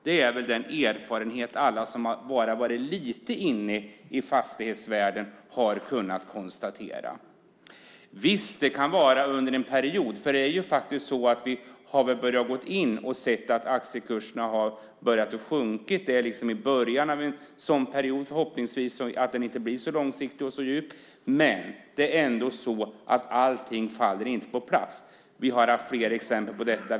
Det är ett faktum som alla med minsta inblick i fastighetsvärlden kunnat konstatera. Visst, vi har sett att aktiekurserna börjat sjunka. Vi är i början av en sådan period. Förhoppningsvis blir den inte särskilt långvarig eller djup, men allt faller ändå inte på plats. Vi har haft fler exempel på detta.